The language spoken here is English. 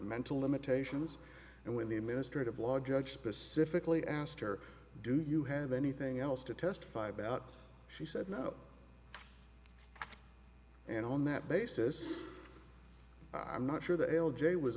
mental limitations and when the administrative law judge specifically asked her do you have anything else to testify about she said no and on that basis i'm not sure that l j was